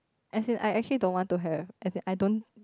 as in I actually don't want to have as in I don't